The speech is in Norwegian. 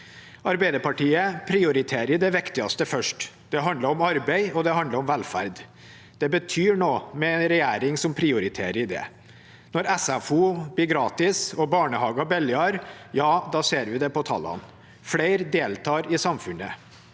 Arbeiderpartiet prioriterer det viktigste først. Det handler om arbeid, og det handler om velferd. Det betyr noe med en regjering som prioriterer det. Når SFO blir gratis og barnehage billigere, ser vi det på tallene. Flere deltar i samfunnet.